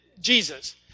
Jesus